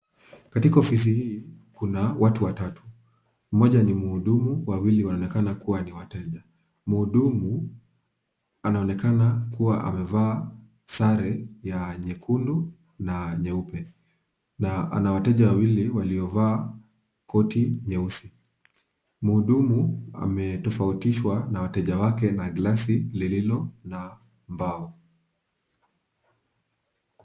Katika ofisi hii kuna watu watatu, mmoja ni mhudumu, wawili wanaonekana kuwa ni wateja. Mhudumu anaonekana kuwa amevaa sare ya nyekundu na nyeupe, na ana wateja wawili waliovaa koti nyeusi. Mhudumu ametofautishwa na wateja wake na gilasi lililo na mbao.